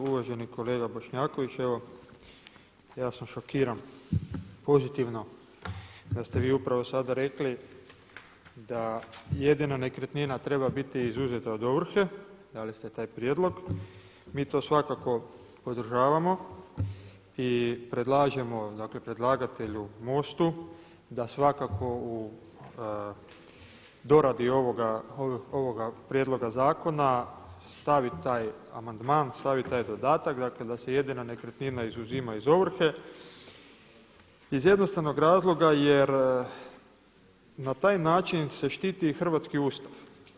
Uvaženi kolega Bošnjaković, evo ja sam šokiran pozitivno da ste vi upravo sada rekli da jedina nekretnina treba biti izuzeta od ovrhe, dali ste taj prijedlog, mi to svakako podržavamo i predlažemo predlagatelju MOST-u da svakako u doradi ovoga prijedloga zakona, stavi taj amandman, stavi taj dodatak da se jedina nekretnina izuzima iz ovrhe iz jednostavnog razloga jer na taj način se štiti i hrvatski Ustav.